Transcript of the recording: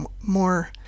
more